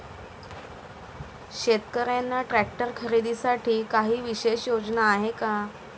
शेतकऱ्यांना ट्रॅक्टर खरीदीसाठी काही विशेष योजना आहे का?